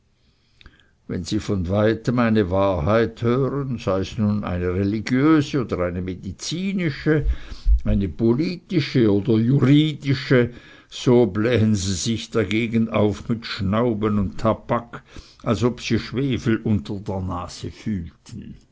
wenn sie von weitem eine wahrheit hören seis nun eine religiöse oder eine medizinische eine politische oder juridische so blähen sie sich dagegen auf mit schnauben und tabak als ob sie schwefel unter der nase fühlten